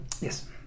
Yes